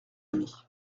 ami